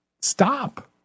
Stop